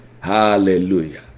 hallelujah